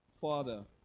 father